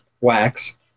wax